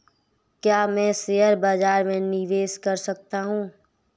क्या मैं शेयर बाज़ार में निवेश कर सकता हूँ?